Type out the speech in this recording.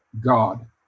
God